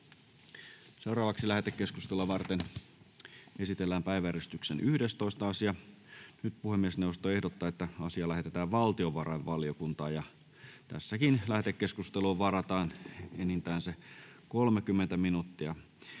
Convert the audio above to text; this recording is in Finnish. olkaa hyvä. Lähetekeskustelua varten esitellään päiväjärjestyksen 4. asia. Puhemiesneuvosto ehdottaa, että asia lähetetään valtiovarainvaliokuntaan. Lähetekeskusteluun varataan tässä vaiheessa enintään 30 minuuttia.